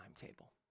timetable